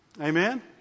Amen